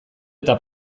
eta